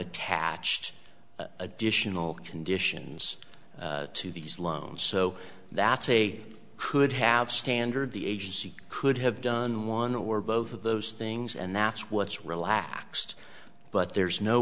attached additional conditions to these loans so that's a could have standard the agency could have done one or both of those things and that's what's relaxed but there's no